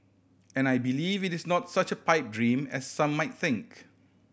and I believe it is not such a pipe dream as some might think